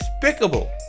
despicable